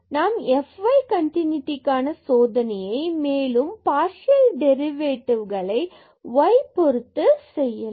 நாம் fy கண்டினூட்டிக்கான சோதனையை மேலும் பார்சியல் டெரிவேட்டிவ்களை y பொருத்து செய்யலாம்